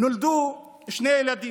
נולדו שני ילדים: